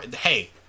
Hey